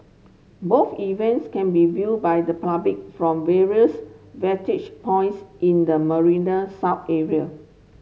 both events can be viewed by the public from various vantage points in the Marina South area